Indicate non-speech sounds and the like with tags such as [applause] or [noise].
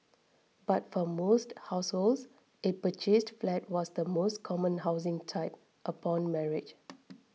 but for most households a purchased flat was the most common housing type upon marriage [noise]